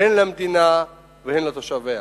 הן למדינה והן לתושביה.